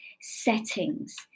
settings